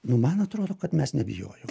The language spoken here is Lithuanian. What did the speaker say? nu man atrodo kad mes nebijojom